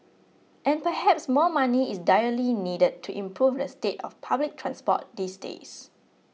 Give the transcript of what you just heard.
and perhaps more money is direly needed to improve the state of public transport these days